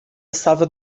estava